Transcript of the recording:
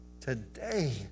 Today